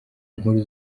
nkuru